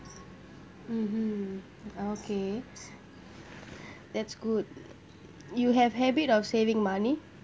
mm hmm okay that's good you have habit of saving money